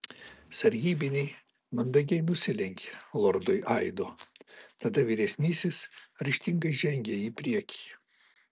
sargybiniai mandagiai nusilenkė lordui aido tada vyresnysis ryžtingai žengė į priekį